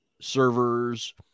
servers